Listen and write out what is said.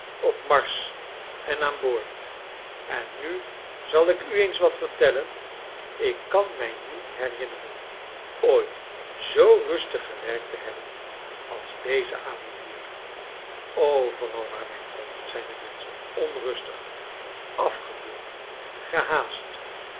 op niarsch en aan boord en nu zal ik u eens wat vertellen ik kan mij niet herinneren ooit zoo rustig gewerkt te hebben als dezen avond hier overal waar men kornt zijn de raenschen onrustig afgebeuld gehaast